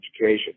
education